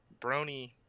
brony